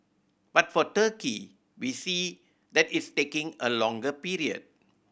but for Turkey we see that it's taking a longer period